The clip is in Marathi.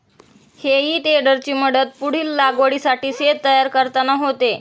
हेई टेडरची मदत पुढील लागवडीसाठी शेत तयार करताना होते